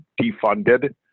defunded